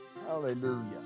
hallelujah